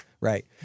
right